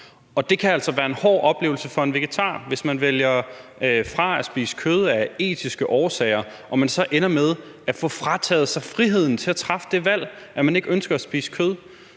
Det kan altså være en hård oplevelse for en vegetar, hvis man fravælger at spise kød af etiske årsager og man så ender med at få frataget sig friheden til at træffe det valg, at man ikke ønsker at spise kød.